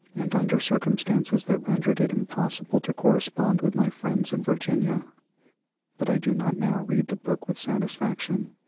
and under circumstances that rendered it impossible to correspond with my friends in vir ginia but i do not now read the book with satisfaction.